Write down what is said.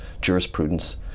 jurisprudence